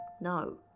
No